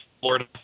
Florida